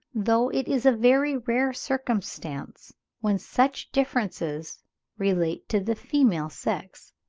though it is a very rare circumstance when such differences relate to the female sex.